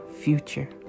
future